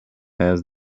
has